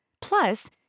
Plus